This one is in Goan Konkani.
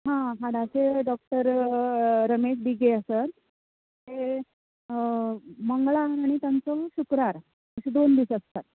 हां हाडाचे डॉक्टर रमेश डिंगे आसा ते मंगळार आनी तांचो शुक्रार अशें दोन दीस आसतात